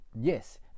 yes